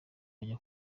kujya